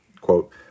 Quote